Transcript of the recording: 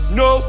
no